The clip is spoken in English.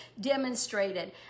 demonstrated